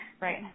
Right